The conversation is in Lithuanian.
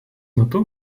metu